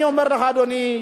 אני אומר לך, אדוני,